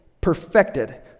perfected